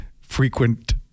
frequent